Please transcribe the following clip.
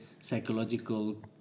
psychological